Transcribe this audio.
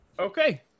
Okay